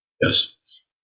Yes